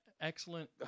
Excellent